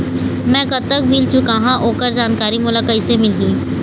मैं कतक बिल चुकाहां ओकर जानकारी मोला कइसे मिलही?